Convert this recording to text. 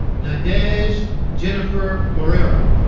nadege ah nadege jennifer moreira